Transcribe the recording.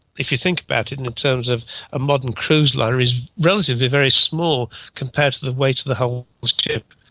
if you think about it and in terms of a modern cruise liner, it's relatively very small compared to the weight of the whole ship.